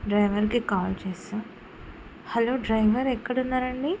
డ్రైవర్కి కాల్ చేశా hello driver ఎక్కడున్నారండి